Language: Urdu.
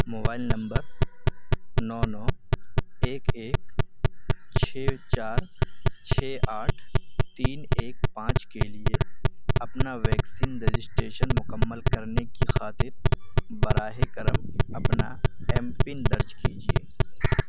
موبائل نمبر نو نو ایک ایک چھ چار چھ آٹھ تین ایک پانچ کے لیے اپنا ویکسین رجسٹریشن مکمل کرنے کی خاطر براہ کرم اپنا ایم پن درج کیجیے